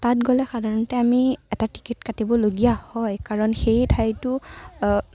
তাত গ'লে সাধাৰণতে আমি এটা টিকেট কাটিবলগীয়া হয় কাৰণ সেই ঠাইতো